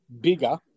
bigger